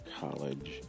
college